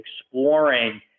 exploring